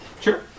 Sure